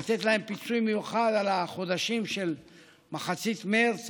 לתת להם פיצוי מיוחד על החודשים של מחצית מרץ,